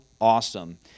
awesome